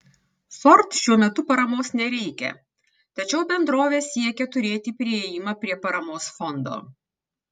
ford šiuo metu paramos nereikia tačiau bendrovė siekia turėti priėjimą prie paramos fondo